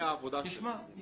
אני